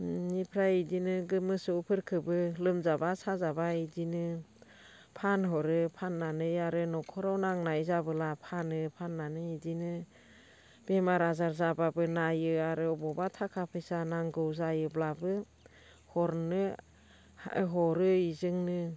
बेनिफ्राय बिदिनो मोसौफोरखौबो लोमजाबा साजाबा बिदिनो फानहरो फाननानै आरो न'खराव नांनाय जाबोला फानो फाननानै बिदिनो बेमार आजार जाबाबो नायो आरो अबावबा थाखा फैसा नांगौ जायोब्लाबो हरो बेजोंनो